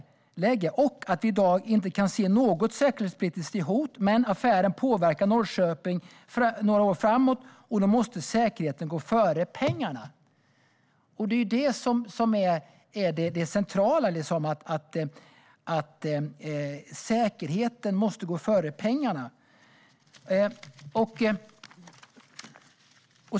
Stjernkvist säger att vi i dag inte kan se något säkerhetspolitiskt hot, men affären påverkar Norrköping för några år framåt, och då måste säkerheten gå före pengarna. Detta är det centrala - säkerheten måste gå före pengarna.